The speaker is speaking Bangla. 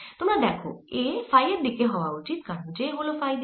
তোমরা দেখো A ফাই এর দিকে হওয়া উচিত কারণ J হল ফাই দিকে